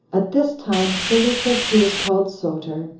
at this time seleucus, who was called soter,